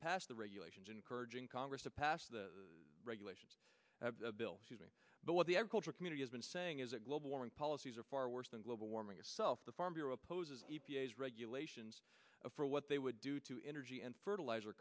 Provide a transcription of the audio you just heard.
pass the regulations encouraging congress to pass the regulation bill but what the agriculture community has been saying is a global warming policies are far worse than global warming itself the farm bureau opposes e p a s regulations for what they would do to energy and fertilizer